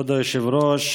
כבוד היושב-ראש,